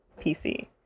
PC